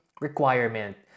requirement